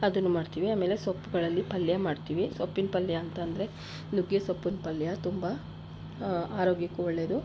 ಅದುನ್ನು ಮಾಡ್ತೀವಿ ಆಮೇಲೆ ಸೊಪ್ಪುಗಳಲ್ಲಿ ಪಲ್ಯ ಮಾಡ್ತೀವಿ ಸೊಪ್ಪಿನ ಪಲ್ಯ ಅಂತ ಅಂದ್ರೆ ನುಗ್ಗೆ ಸೊಪ್ಪಿನ ಪಲ್ಯ ತುಂಬ ಆರೋಗ್ಯಕ್ಕೂ ಒಳ್ಳೆಯದು